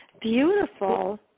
beautiful